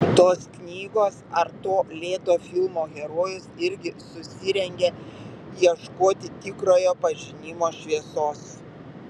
tos knygos ar to lėto filmo herojus irgi susirengia ieškoti tikrojo pažinimo šviesos